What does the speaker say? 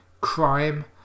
CRIME